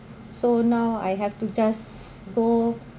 so now I have to just go